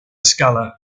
escala